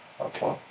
Okay